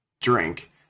drink